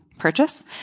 purchase